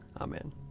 amen